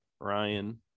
ryan